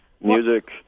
music